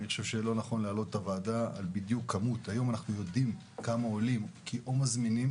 אנחנו יודעים היום בדיוק כמה עולים כי מזמינים